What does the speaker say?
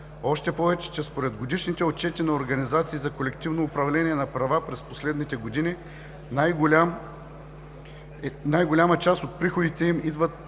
Още повече че според годишните отчети на организации за колективно управление на права през последните години най-голяма част от приходите им идват